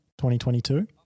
2022